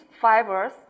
fibers